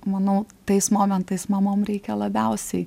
manau tais momentais mamom reikia labiausiai